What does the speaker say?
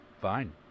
fine